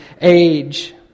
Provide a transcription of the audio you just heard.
age